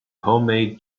homemade